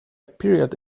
period